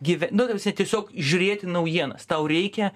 gyve nu ta prasme tiesiog žiūrėti naujienas tau reikia